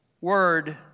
Word